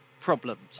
problems